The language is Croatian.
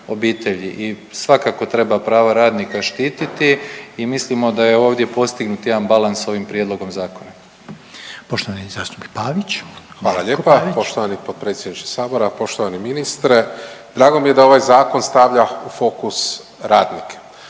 obitelji. I svakako treba prava radnika štititi i mislimo da je ovdje postignut jedan balans s ovim prijedlogom zakona. **Reiner, Željko (HDZ)** Poštovani zastupnik Pavić. **Pavić, Marko (HDZ)** Hvala lijepa. Poštovani potpredsjedniče sabora, poštovani ministre, drago mi je da ovaj zakon stavlja u fokus radnike,